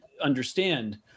understand